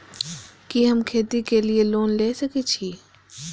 कि हम खेती के लिऐ लोन ले सके छी?